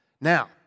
Now